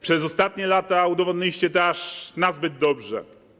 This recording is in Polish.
Przez ostatnie lata udowodniliście to aż nazbyt dobrze.